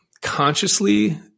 consciously